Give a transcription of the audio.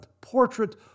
portrait